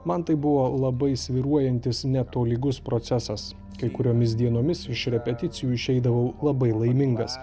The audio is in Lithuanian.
man tai buvo labai svyruojantis netolygus procesas kai kuriomis dienomis iš repeticijų išeidavau labai laimingas